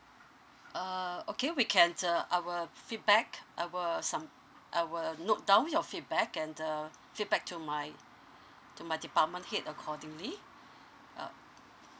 uh okay we can uh I will feedback I will some I will note down your feedback and uh feedback to my to my department head accordingly um